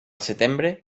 setembre